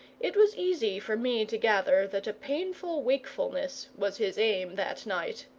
it was easy for me to gather that a painful wakefulness was his aim that night.